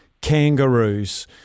kangaroos